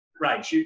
Right